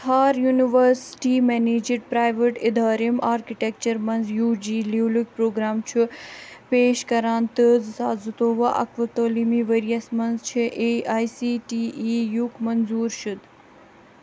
ژھار university managed private ادارٕ یِم آرکِٹیٚکچَر مَنٛز یوٗ جی لیولُک پروگرام چھُ پیش کران تہٕ زٕ ساس زٕ تووُہ اَکوُہ تعلیٖمی ورۍ یَس مَنٛز چھِ A I C T E یٕک منظور شُدٕ